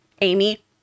Amy